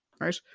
right